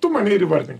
tu mane ir įvardink